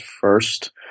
first